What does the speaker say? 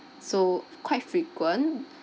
so quite frequent